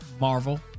Marvel